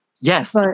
Yes